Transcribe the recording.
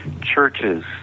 churches